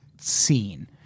scene